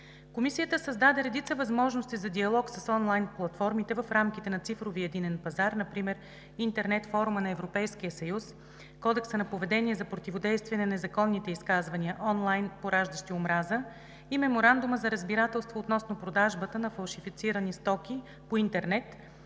Комисията създаде редица възможности за диалог с онлайн платформите в рамките на цифровия единен пазар – например интернет форума на Европейския съюз, Кодекса на поведение за противодействие на незаконните изказвания онлайн, пораждащи омраза, Меморандума за разбирателство относно продажбата на фалшифицирани стоки по интернет,